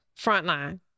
Frontline